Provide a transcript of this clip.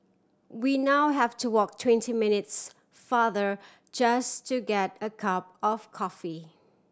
we now have to walk twenty minutes farther just to get a cup of coffee